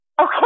Okay